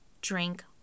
Drink